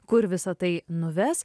kur visa tai nuves